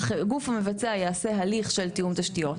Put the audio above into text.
גוף מבצע יעשה הליך של תיאום תשתיות,